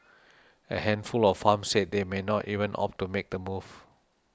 a handful of farms said they may not even opt to make the move